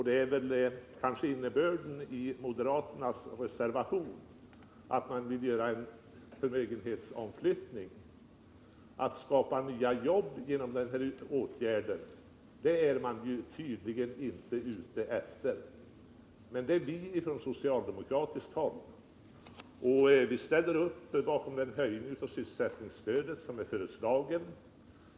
Det är väl också innebörden i moderaternas reservation: Man vill göra en förmögenhetsomflyttning. Att skapa nya jobb är man tydligen inte ute efter. Men det är vi från socialdemokratiskt håll. Vi ställer upp bakom den höjning av sysselsättningsstödet som är föreslagen.